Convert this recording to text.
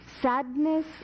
sadness